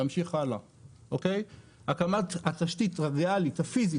הקמת תשתית הפיזית